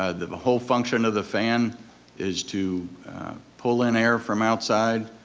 ah the whole function of the fan is to pull in air from outside,